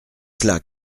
cela